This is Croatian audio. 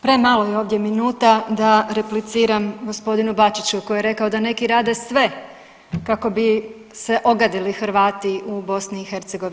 Premalo je ovdje minuta da repliciram gospodinu Bačiću koji je rekao da neki rade sve kako bi se ogadili Hrvati u BiH.